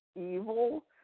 evil